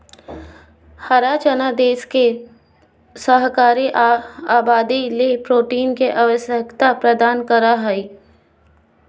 हरा चना देश के शाकाहारी आबादी ले प्रोटीन के आवश्यकता प्रदान करो हइ